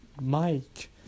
Mike